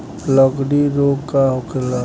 लगड़ी रोग का होखेला?